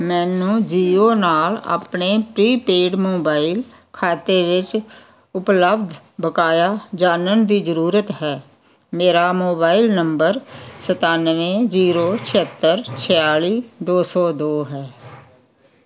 ਮੈਨੂੰ ਜੀਓ ਨਾਲ ਆਪਣੇ ਪ੍ਰੀਪੇਡ ਮੋਬਾਈਲ ਖਾਤੇ ਵਿੱਚ ਉਪਲੱਬਧ ਬਕਾਇਆ ਜਾਣਨ ਦੀ ਜ਼ਰੂਰਤ ਹੈ ਮੇਰਾ ਮੋਬਾਈਲ ਨੰਬਰ ਸਤਾਨਵੇਂ ਜ਼ੀਰੋ ਛੇਹੱਤਰ ਛਿਆਲੀ ਦੋ ਸੌ ਦੋ ਹੈ